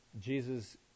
Jesus